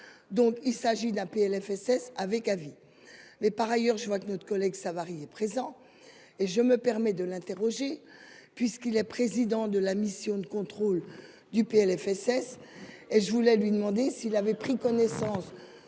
donc il s'agit d'un PLFSS avec avis. Mais par ailleurs je vois que notre collègue Savary est présent. Et je me permets de l'interroger puisqu'il est président de la mission de contrôle du PLFSS et je voulais lui demander s'il avait pris connaissance